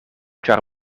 ĉar